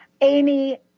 Amy